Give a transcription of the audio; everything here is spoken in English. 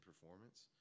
performance